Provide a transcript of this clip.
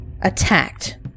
attacked